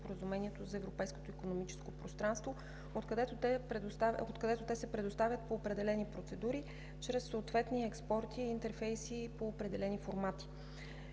за европейското икономическо пространство, откъдето те се предоставят по определени процедури чрез съответни експорти и интерфейси по определени формати.